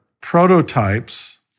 prototypes